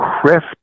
crisp